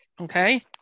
Okay